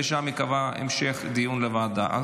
ושם ייקבע המשך דיון לוועדה.